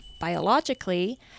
biologically